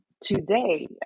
Today